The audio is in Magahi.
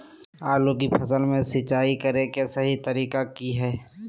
आलू की फसल में सिंचाई करें कि सही तरीका की हय?